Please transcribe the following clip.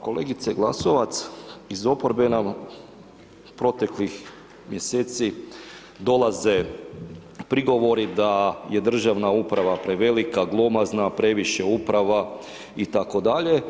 Kolegice Glasovac, iz oporbe nam proteklih mjeseci dolaze prigovori da je državna uprava prevelike, glomazna, previše uprava itd.